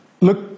Look